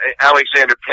Alexander